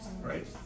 Right